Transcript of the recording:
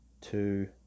two